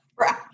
Right